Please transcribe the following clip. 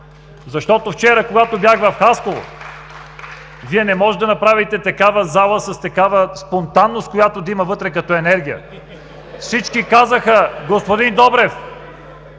Защото вчера, когато бях в Хасково, Вие не можете да направите такава зала с такава спонтанност, която да има вътре като енергия. (Смях и реплики в